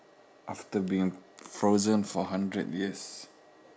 after being frozen for hundred years